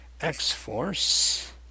X-Force